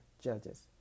judges